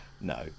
No